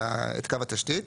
קו התשתית.